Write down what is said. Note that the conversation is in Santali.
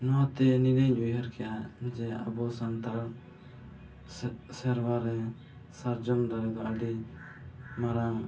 ᱱᱚᱣᱟᱛᱮ ᱱᱤᱱᱟᱹᱜ ᱤᱧ ᱩᱭᱦᱟᱹᱨ ᱠᱮᱫᱼᱟ ᱡᱮ ᱟᱵᱚ ᱥᱟᱱᱛᱟᱲ ᱥᱮᱨᱣᱟᱨᱮ ᱥᱟᱨᱡᱚᱢ ᱫᱟᱨᱮ ᱫᱚ ᱟᱹᱰᱤ ᱢᱟᱨᱟᱝ